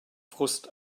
frust